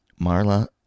Marla